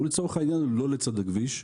לצורך העניין הוא לא לצד הכביש,